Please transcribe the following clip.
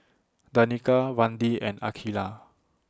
Danika Randi and Akeelah